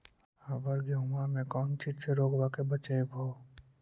अबर गेहुमा मे कौन चीज के से रोग्बा के बचयभो?